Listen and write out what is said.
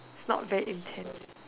is not very intense